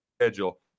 schedule